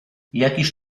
jakiż